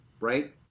right